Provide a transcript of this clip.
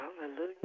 Hallelujah